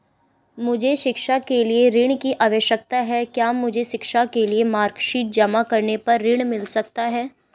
मुझे शिक्षा के लिए ऋण की आवश्यकता है क्या मुझे शिक्षा के लिए मार्कशीट जमा करने पर ऋण मिल सकता है?